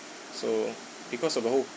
so because of the whole